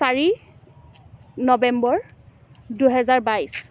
চাৰি নৱেম্বৰ দুহেজাৰ বাইছ